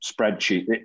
spreadsheet